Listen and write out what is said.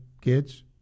kids